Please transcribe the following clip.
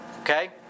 okay